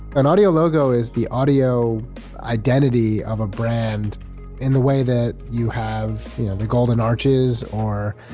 an audio logo is the audio identity of a brand in the way that you have the golden arches, or